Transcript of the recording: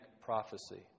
prophecy